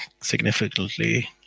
significantly